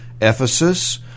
Ephesus